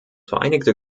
vereinigte